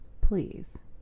please